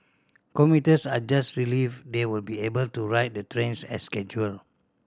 commuters are just relieved they will be able to ride the trains as scheduled